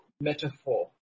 metaphor